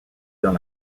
dans